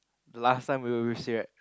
the last time we were with